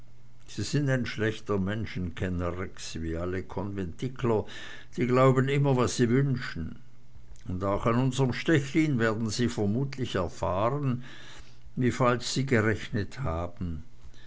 sie sind ein schlechter menschenkenner rex wie alle konventikler die glauben immer was sie wünschen und auch an unserm stechlin werden sie mutmaßlich erfahren wie falsch sie gerechnet haben